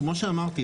כמו שאמרתי,